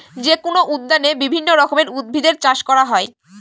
যেকোনো উদ্যানে বিভিন্ন রকমের উদ্ভিদের চাষ করা হয়